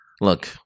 look